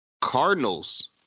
Cardinals